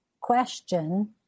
question